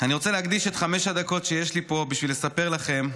אני רוצה להקדיש את חמש הדקות שיש לי פה בשביל לספר לכם,